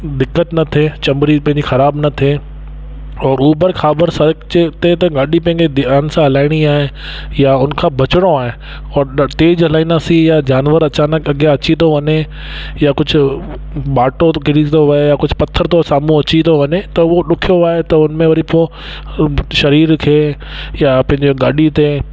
दिक़त न थिए चमड़ी पंहिंजी ख़राब न थिए औरि ऊभर खाबर सड़क जे ते त गाॾी पंहिंजी ध्यान सां हलाइणी आहे या हुन खां बचणो आहे उहो तेज़ु हलाईंदासीं या जानवर अचानक अॻियां अची थो वञे या कुझु ॿाटो किरी थो वए यां कुझ पथर थो साम्हूं अची थो वञे त उहो ॾुखियो आहे त उन में वरी पोइ शरीर खे या पंहिंजे गाॾी ते